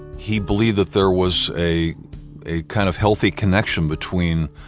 he believed that there was a a kind of healthy connection between